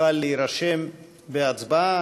יוכל להירשם בהצבעה.